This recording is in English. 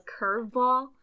curveball